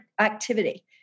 activity